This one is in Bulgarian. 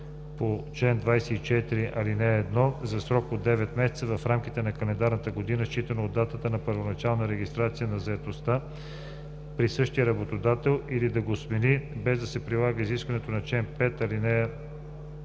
по чл. 24, ал. 1 за срок до 9 месеца в рамките на календарната година, считано от датата на първоначалната регистрация на заетостта, при същия работодател или да го смени, без да се прилага изискването по чл. 5, ал. 2.